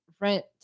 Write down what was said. rent